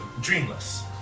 dreamless